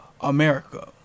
America